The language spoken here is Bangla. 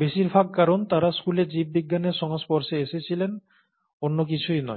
বেশিরভাগ কারণ তারা স্কুলে জীববিজ্ঞানের সংস্পর্শে এসেছিলেন অন্য কিছুই নয়